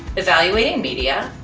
evaluating media,